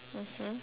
mmhmm